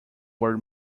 word